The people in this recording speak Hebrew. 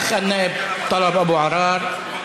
האח חבר הכנסת טלב אבו עראר,